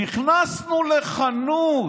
נכנסנו לחנות,